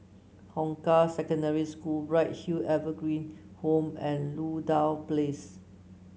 Hong Kah Secondary School Bright Hill Evergreen Home and Ludlow Place